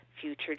future